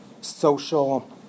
social